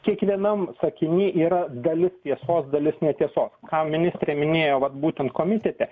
kiekvienam sakiny yra dalis tiesos dalis netiesos ką ministrė minėjo vat būtent komitete